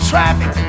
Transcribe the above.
traffic